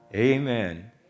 Amen